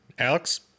Alex